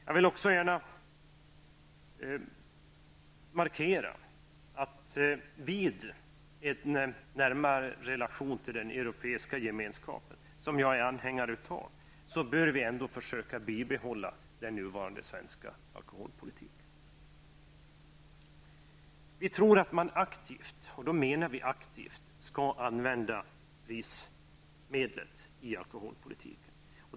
Jag vill också gärna markera att vi vid en närmare relation till EG, vilket jag är en anhängare av, ändå bör försöka bibehålla den nuvarande svenska alkoholpolitiken. Vi tycker att man aktivt, vi menar verkligen aktivt, bör använda prisinstrumentet i alkoholpolitiken.